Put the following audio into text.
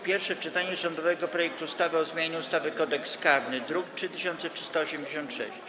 Pierwsze czytanie rządowego projektu ustawy o zmianie ustawy Kodeks karny, druk nr 3386.